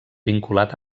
vinculat